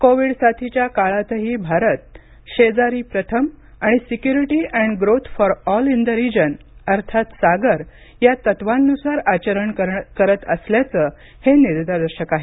Covid साथीच्या काळातही भारत शेजारी प्रथम आणि security and growth for all in the region अर्थात सागर या तत्त्वांनुसार आचरण करत असल्याचं हे निदर्शक आहे